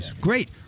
Great